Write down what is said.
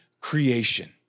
creation